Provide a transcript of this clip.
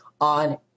on